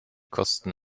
kosten